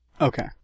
Okay